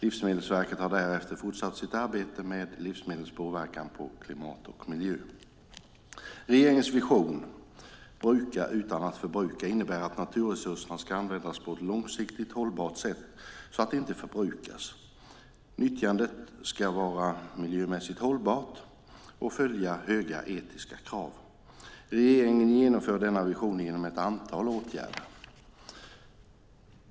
Livsmedelsverket har därefter fortsatt sitt arbete med livsmedlens påverkan på klimat och miljö. Regeringens vision Bruka utan att förbruka innebär att naturresurserna ska användas på ett långsiktigt hållbart sätt så att de inte förbrukas. Nyttjandet ska vara miljömässigt hållbart och följa höga etiska krav. Regeringen genomför denna vision genom ett antal olika åtgärder.